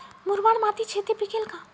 मुरमाड मातीत शेती पिकेल का?